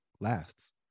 lasts